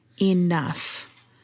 enough